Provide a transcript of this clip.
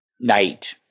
night